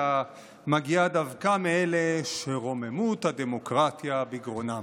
מגיעה דווקא מאלה שרוממות הדמוקרטיה בגרונם,